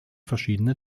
verschiedene